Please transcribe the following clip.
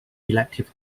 elective